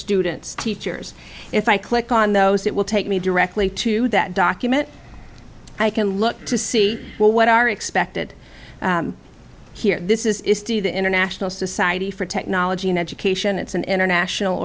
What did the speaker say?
students teachers if i click on those it will take me directly to that document i can look to see well what are expected here this is do the international society for technology and education it's an international